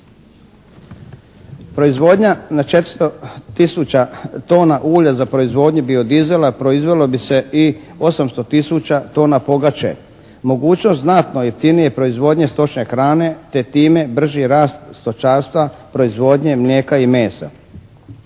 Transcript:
Proizvodnja na 400 tisuća tona ulja za proizvodnju bio-diesela proizvelo bi se i 800 tisuća tona pogače, mogućnost znatno jeftinije proizvodnje stočne hrane te time brži rast stočarstva, proizvodnje mlijeka i mesa.